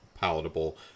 palatable